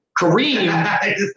Kareem